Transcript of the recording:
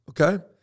Okay